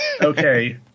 Okay